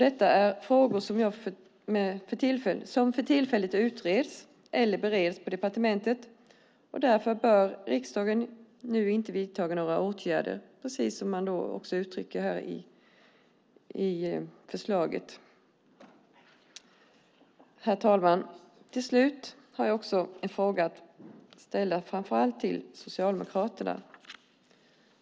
Detta är frågor som för tillfället utreds eller bereds på departementet, och därför bör riksdagen precis som man uttrycker i förslaget inte vidta ytterligare åtgärder just nu. Herr talman! Jag har en fråga till framför allt Socialdemokraterna.